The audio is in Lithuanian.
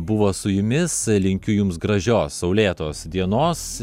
buvo su jumis linkiu jums gražios saulėtos dienos